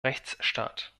rechtsstaat